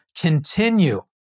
continue